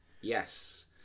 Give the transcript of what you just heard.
yes